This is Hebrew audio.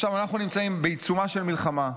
עכשיו אנחנו נמצאים בעיצומה של מלחמה.